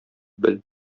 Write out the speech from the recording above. бел